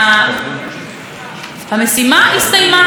אבל כשאנחנו נתקלים שוב ושוב ברצח נשים אי-אפשר